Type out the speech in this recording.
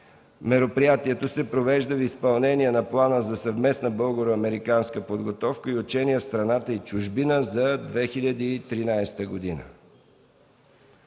Мероприятието се провежда в изпълнение на Плана за съвместна българо-американска подготовка и учения в страната и чужбина за 2013 г.